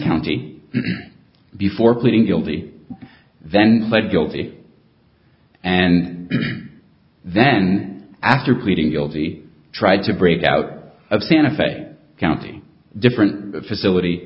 county before pleading guilty and then pled guilty and then after pleading guilty tried to break out of santa fe county different facility